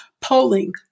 polling